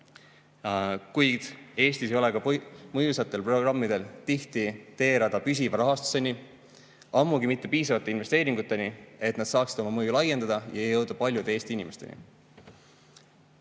Kuid Eestis ei ole ka mõjusatel programmidel tihti teerada püsiva rahastuseni, ammugi mitte piisavate investeeringuteni, et nad saaksid oma mõju laiendada ja jõuda paljude Eesti inimesteni.